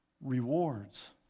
rewards